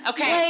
Okay